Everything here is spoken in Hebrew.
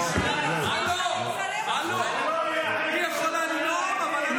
היא יכולה לנאום אבל אנחנו לא.